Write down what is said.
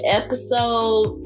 episode